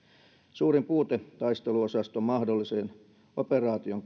suurin puute taisteluosaston mahdollisen operaation